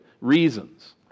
reasons